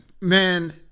Man